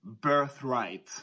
birthright